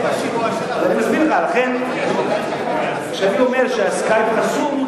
אני מסביר לך שכשאני אומר שה"סקייפ" חסום,